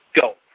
Go